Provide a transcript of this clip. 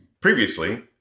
Previously